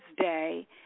day